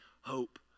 hope